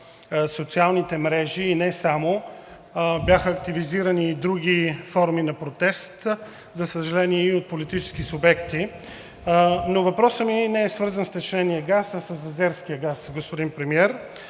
социалните мрежи и не само. Бяха активизирани и други форми на протест, за съжаление, и от политически субекти. Но въпросът ми не е свързан с втечнения газ, а с азерския газ, господин Премиер.